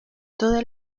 todas